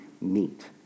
meet